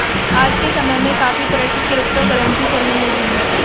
आज के समय में काफी तरह की क्रिप्टो करंसी चलने लगी है